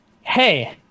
Hey